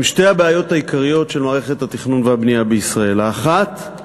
עם שתי הבעיות העיקריות של מערכת התכנון והבנייה בישראל: האחת,